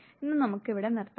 ഇന്ന് നമുക്ക് ഇവിടെ നിർത്താം